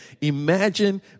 Imagine